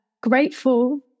grateful